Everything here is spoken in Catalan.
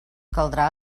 caldrà